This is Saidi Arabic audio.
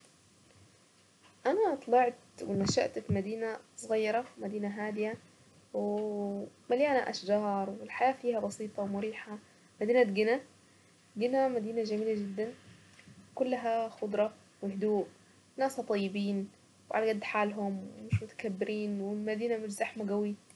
انا طلعت ونشأت في مدينة صغيرة مدينة هادية ومليانة اشجار والحياة فيها بسيطة ومريحة مدينة قنا قنا مدينة جميلة جدا كلها خضرة وهدوء ناسها طيبين وعلى قد حالهم ومش متكبرين والمدينة مش زحمة قوي.